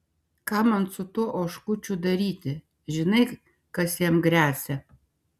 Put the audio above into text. ką man su tuo oškučiu daryti žinai kas jam gresia